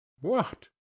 What